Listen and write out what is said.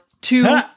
two